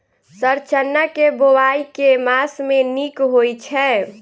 Sir चना केँ बोवाई केँ मास मे नीक होइ छैय?